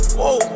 Whoa